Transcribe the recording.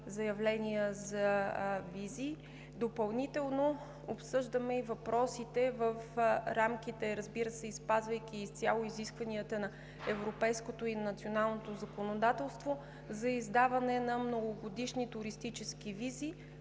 заявления за визи. Допълнително обсъждаме и въпросите в рамките и, разбира се, спазвайки изцяло изискванията на европейското и националното законодателство за издаване на многогодишни туристически визи